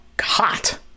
hot